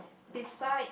beside